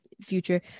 future